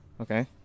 Okay